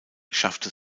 schaffte